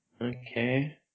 Okay